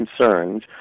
concerns